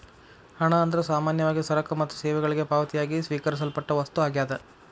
ಹಣ ಅಂದ್ರ ಸಾಮಾನ್ಯವಾಗಿ ಸರಕ ಮತ್ತ ಸೇವೆಗಳಿಗೆ ಪಾವತಿಯಾಗಿ ಸ್ವೇಕರಿಸಲ್ಪಟ್ಟ ವಸ್ತು ಆಗ್ಯಾದ